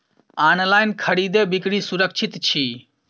online खरीदै बिक्री सुरक्षित छी